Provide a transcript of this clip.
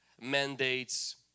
mandates